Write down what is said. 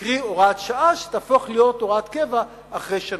קרי, הוראת שעה שתהפוך להיות הוראת קבע אחרי שנה.